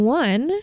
one